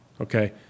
Okay